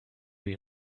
you